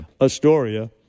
Astoria